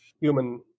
human